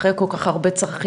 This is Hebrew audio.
אחרי כל כך הרבה צרכים,